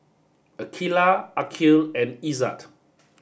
Aqeelah Aqil and Izzat